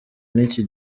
n’iki